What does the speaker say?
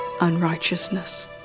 unrighteousness